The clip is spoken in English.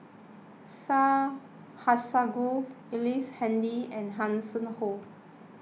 Syed Alsagoff Ellice Handy and Hanson Ho